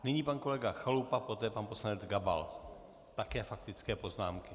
Nyní pan kolega Chalupa, poté pan poslanec Gabal také faktické poznámky.